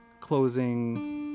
closing